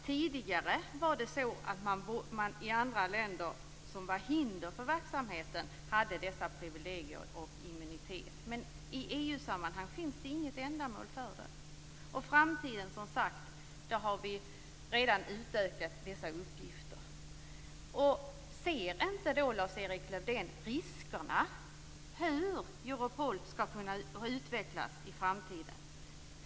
Tidigare var det så att man i andra länder där det fanns hinder för verksamheten hade dessa privilegier och denna immunitet, men i EU-sammanhang finns det alltså inget sådant ändamål. För framtiden har vi, som sagt, redan utökat dessa uppgifter. Ser inte Lars-Erik Lövdén riskerna med hur Europol kan utvecklas i framtiden?